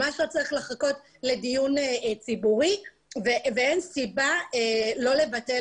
ממש לא צריך לחכות לדיון ציבורי ואין סיבה לא לבטל